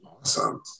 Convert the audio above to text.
awesome